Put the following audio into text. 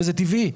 וזה טבעי,